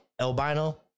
albino